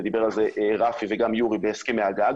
ודיבר על זה רפי וגם יורי בהסכמי הגג,